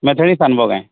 mathematics ଆନବୋ କାଏ